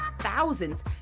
thousands